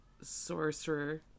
sorcerer